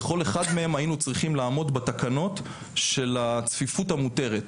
בכל אחד מהם היינו צריכים לעמוד בתקנות של הצפיפות המותרת.